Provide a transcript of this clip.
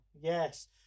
Yes